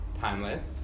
Timeless